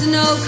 no